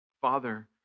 Father